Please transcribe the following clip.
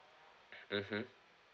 mmhmm